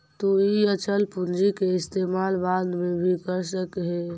तु इ अचल पूंजी के इस्तेमाल बाद में भी कर सकऽ हे